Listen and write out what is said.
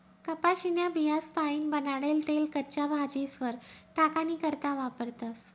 कपाशीन्या बियास्पाईन बनाडेल तेल कच्च्या भाजीस्वर टाकानी करता वापरतस